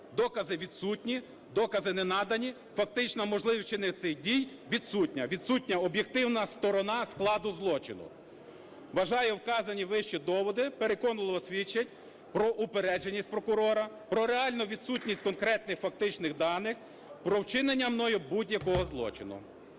Докази відсутні, докази не надані, фактично можливість вчинення цих дій відсутня, відсутня об'єктивна сторона складу злочину. Вважаю, вказані вище доводи переконливо свідчать про упередженість прокурора, про реальну відсутність конкретних фактичних даних про вчинення мною будь-якого злочину.